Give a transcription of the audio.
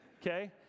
okay